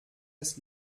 das